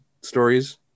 stories